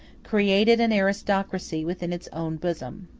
created an aristocracy within its own bosom.